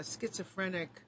schizophrenic